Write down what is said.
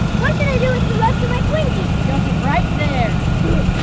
what should i do with the rest of my twinkies? dump them right there. do it!